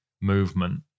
movement